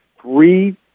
three